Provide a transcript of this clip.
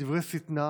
ולדברי שטנה,